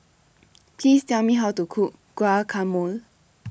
Please Tell Me How to Cook Guacamole